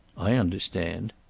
i understand.